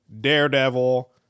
daredevil